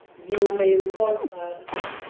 you and may recall no.